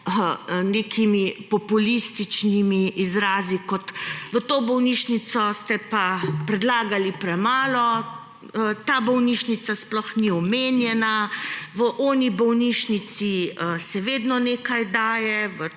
nekimi populističnimi izrazi, kot so: v to bolnišnico ste pa predlagali premalo, ta bolnišnica sploh ni omenjena, drugi bolnišnici se vedno nekaj daje,